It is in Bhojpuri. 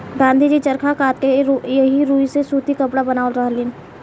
गाँधी जी चरखा कात के एही रुई से सूती कपड़ा बनावत रहनी